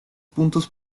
puntos